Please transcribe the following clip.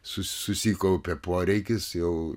su susikaupė poreikis jau